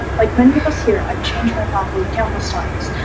like many of us here, i've changed my pathway countless times,